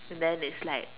and then it's like